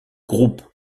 groupe